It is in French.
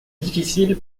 difficile